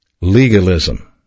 Legalism